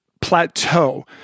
plateau